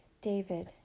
David